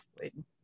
waiting